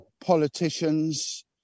politicians